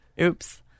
Oops